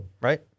right